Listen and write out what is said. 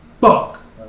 fuck